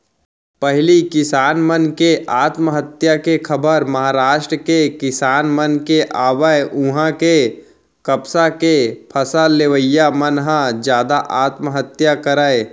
पहिली किसान मन के आत्महत्या के खबर महारास्ट के किसान मन के आवय उहां के कपसा के फसल लेवइया मन ह जादा आत्महत्या करय